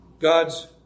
God's